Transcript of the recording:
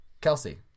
Kelsey